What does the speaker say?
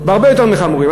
הרבה יותר מחמורים.